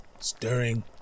Stirring